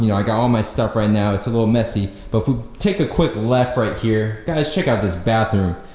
you know i got all my stuff right now, it's a little messy but if we take a quick left right here, guys check out this bathroom.